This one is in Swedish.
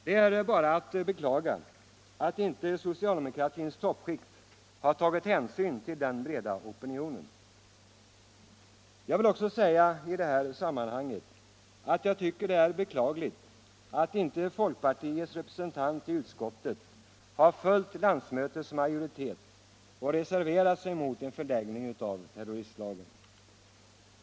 Det är bara beklagligt att socialdemokratins toppskikt inte har tagit hänsyn till den breda opinionen. Jag vill också i detta sammanhang säga att jag tycker det är beklagligt att folkpartiets representant i utskottet inte har följt landsmötets majoritet och reserverat sig mot en förlängning av terroristlagen.